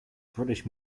british